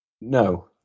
No